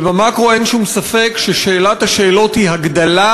ובמקרו אין שום ספק ששאלת השאלות היא הגדלה